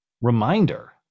reminder